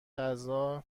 غذا